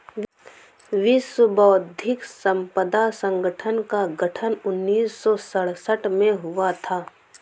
विश्व बौद्धिक संपदा संगठन का गठन उन्नीस सौ सड़सठ में हुआ था